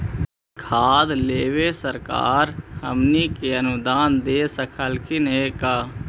खाद लेबे सरकार हमनी के अनुदान दे सकखिन हे का?